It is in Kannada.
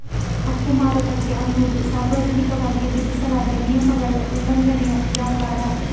ಕಪ್ಪು ಮಾರುಕಟ್ಟೆ ಅನ್ನುದು ಸಾರ್ವಜನಿಕವಾಗಿ ವಿಧಿಸಲಾದ ನಿಯಮಗಳ ಉಲ್ಲಂಘನೆಯ ವ್ಯಾಪಾರ